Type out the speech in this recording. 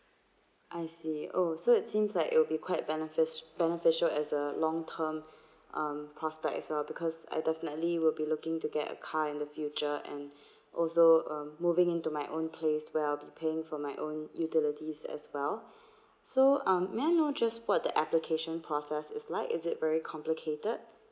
I see oh so it seems like it would be quite benefici~ beneficial as a long term um prospect as well because I definitely will be looking to get a car in the future and also um moving into my own place where I'll be paying for my own utilities as well so um may I know just what the application process is like is it very complicated